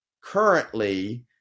currently